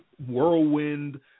whirlwind